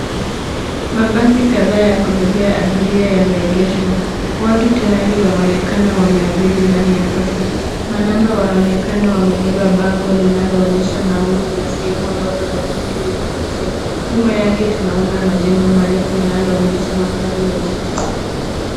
Mabasi kadhaa ya kubebea abiria yameegeshwa. Watu tayari wanaonekana wameabiri ndani ya basi. Manamba wanaonekana wamebeba bango linaloonyesha nauli na sehemu ambazo basi hili lina pitia. Nyuma yake tunaona majengo marefu yanayoonyesha mandhari ya jijii.